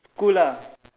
school lah